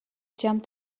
jumped